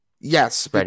Yes